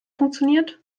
funktioniert